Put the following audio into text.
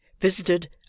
visited